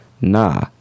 nah